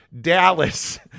Dallas